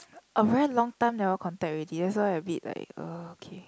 a very long time never contact already that's why a bit like uh okay